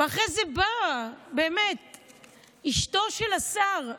ואחרי זה באה אשתו של השר.